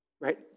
Right